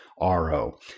RO